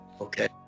okay